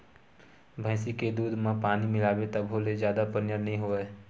भइसी के दूद म पानी मिलाबे तभो ले जादा पनियर नइ होवय